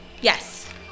Yes